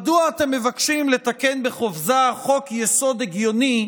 מדוע אתם מבקשים לתקן בחופזה חוק-יסוד הגיוני,